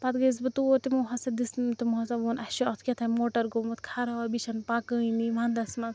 پَتہٕ گٔیٚیَس بہٕ تور تِمو ہَسا دِژ نہٕ تِمو ہَسا ووٚن اسہِ چھُ اَتھ کیٚہتھانۍ موٹَر گوٚومُت خراب یہِ چھَنہٕ پکٲنی وَنٛدَس منٛز